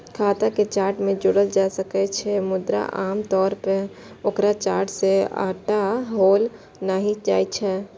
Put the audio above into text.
खाता कें चार्ट मे जोड़ल जा सकै छै, मुदा आम तौर पर ओकरा चार्ट सं हटाओल नहि जाइ छै